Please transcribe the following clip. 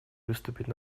выступить